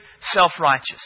self-righteous